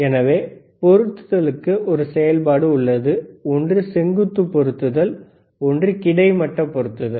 எனவே பொருத்துதலுக்கு ஒரு செயல்பாடு உள்ளது ஒன்று செங்குத்து பொருத்துதல் ஒன்று கிடைமட்ட பொருத்துதல்